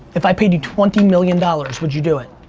if i paid you twenty million dollars would you do it?